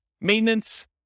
maintenance